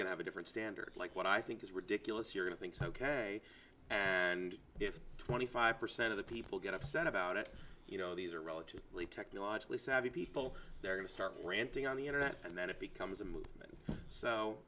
to have a different standard like what i think is ridiculous here and thinks ok and if twenty five percent of the people get upset about it you know these are relatively technologically savvy people they're going to start ranting on the internet and then it becomes a movement